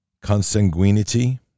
consanguinity